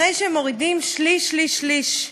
אחרי שמורידים, שליש, שליש,